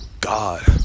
God